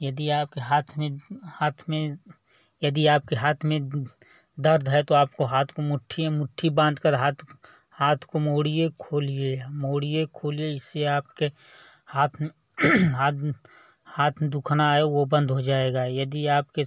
यदि आपके हाथ में हाथ में यदि आपके हाथ में दर्द है तो आपको हाथ को मुट्ठी मुट्ठी बाँध कर हाथ हाथ को मोड़िए खोलिए मोड़िए खोलिए इससे आपके हाथ हाथ हाथ दुखना है वो बंद हो जाएगा यदि आपके